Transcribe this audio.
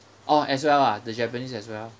oh as well ah the japanese as well